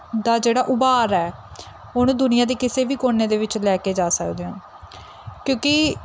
ਦਾ ਜਿਹੜਾ ਉਭਾਰ ਹੈ ਉਹਨੂੰ ਦੁਨੀਆ ਦੇ ਕਿਸੇ ਵੀ ਕੋਨੇ ਦੇ ਵਿੱਚ ਲੈ ਕੇ ਜਾ ਸਕਦੇ ਹੋ ਕਿਉਂਕਿ